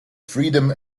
freedom